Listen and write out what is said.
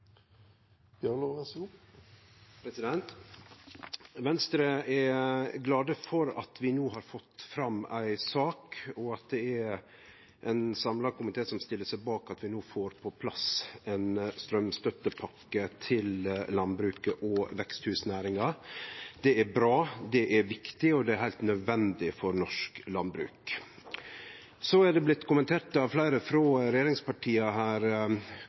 for at vi no har fått fram ei sak, og at det er ein samla komité som stiller seg bak at vi no får på plass ei straumstøttepakke til landbruket og veksthusnæringa. Det er bra, det er viktig, og det er heilt nødvendig for norsk landbruk. Det er blitt kommentert av fleire frå regjeringspartia